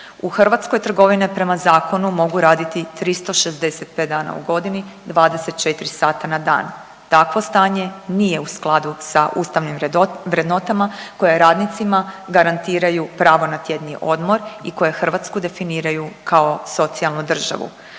U Hrvatskoj trgovine prema zakonu mogu raditi 365 dana u godini 24 sata na dan, takvo stanje nije u skladu sa ustavnim vrednotama koje radnicima garantiraju pravo na tjedni odmor i koje Hrvatsku definiraju kao socijalnu državu.